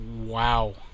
Wow